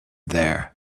there